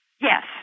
Yes